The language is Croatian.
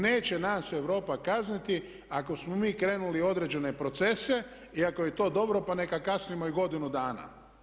Neće nas Europa kazniti ako smo mi krenuli u određene procese i ako je to dobro, pa neka kasnimo i godinu dana.